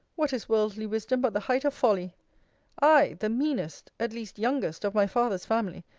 what is worldly wisdom but the height of folly i, the meanest, at least youngest, of my father's family,